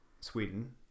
Sweden